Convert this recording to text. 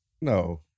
No